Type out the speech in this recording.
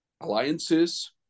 alliances